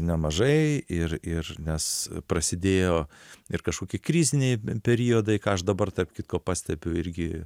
nemažai ir ir nes prasidėjo ir kažkokie kriziniai periodai ką aš dabar tarp kitko pastebiu irgi